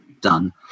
done